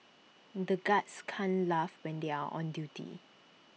the guards can't laugh when they are on duty